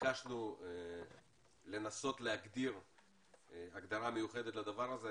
ביקשנו לנסות להגדיר הגדרה מיוחדת לדבר הזה.